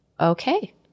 okay